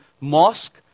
mosque